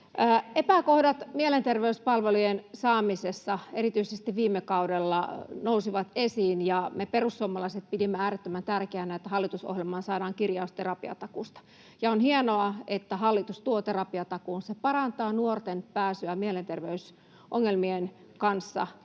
Epäkohdat mielenterveyspalvelujen saamisessa nousivat esiin erityisesti viime kaudella. Me perussuomalaiset pidimme äärettömän tärkeänä, että hallitusohjelmaan saadaan kirjaus terapiatakuusta, ja on hienoa, että hallitus tuo terapiatakuun. Se parantaa nuorten pääsyä ratkomaan mielenterveysongelmia.